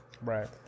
right